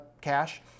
cash